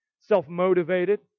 self-motivated